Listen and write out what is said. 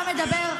אתה מדבר?